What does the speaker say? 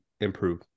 improve